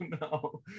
no